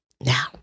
Now